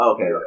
Okay